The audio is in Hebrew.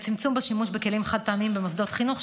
צמצום השימוש בכלים חד-פעמיים במוסדות חינוך,